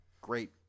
great